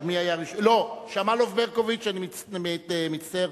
לא, שמאלוב-ברקוביץ, אני מצטער.